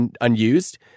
unused